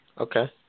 Okay